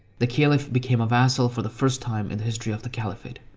the caliph became a vassal for the first time in the history of the caliphate.